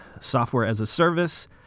software-as-a-service